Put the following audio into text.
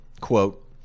quote